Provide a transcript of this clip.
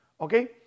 Okay